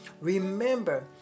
Remember